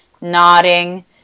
Nodding